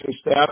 staff